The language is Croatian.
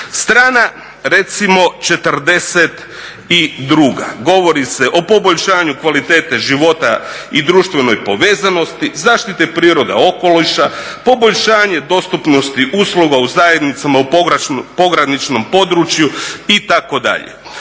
Strana recimo 42. govori se o poboljšanju kvalitete života i društvenoj povezanosti, zaštite prirode, okoliša, poboljšanje dostupnosti usluga u zajednicama u pograničnom području itd.